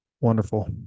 wonderful